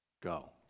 go